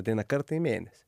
ateina kartą į mėnesį